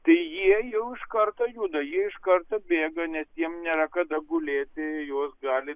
tai jie jau iš karto juda jie iš karto bėga nes jiem nėra kada gulėti juos gali